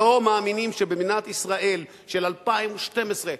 לא מאמינים שבמדינת ישראל של 2012,